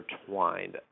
intertwined